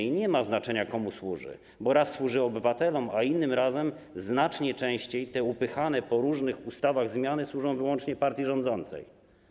I nie ma znaczenia, komu służy, bo raz służy obywatelom, a innym razem, znacznie częściej, te upychane po różnych ustawach zmiany służą wyłącznie partii rządzącej.